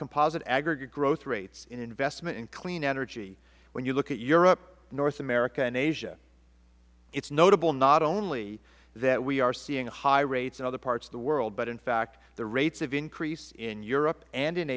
composite aggregate growth rates in investment in clean energy when you look at europe north america and asia it is notable not only that we are seeing high rates in other parts of the world but in fact the rates have increased in europe and in